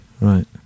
Right